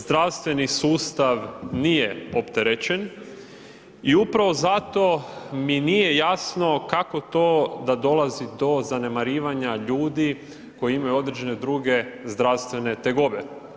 Zdravstveni sustav nije opterećen i upravo zato mi nije jasno kako to da dolazi do zanemarivanja ljudi koji imaju određene druge zdravstvene tegobe.